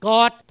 God